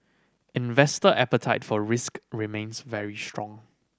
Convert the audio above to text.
investor appetite for risk remains very strong